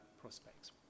prospects